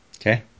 Okay